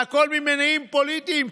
והכול ממניעים פוליטיים,